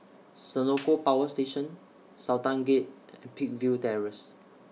Senoko Power Station Sultan Gate and Peakville Terrace